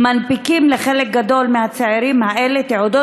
מנפיקים לחלק גדול מהצעירים האלה תעודות